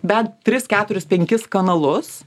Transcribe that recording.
bent tris keturis penkis kanalus